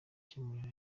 guhemukira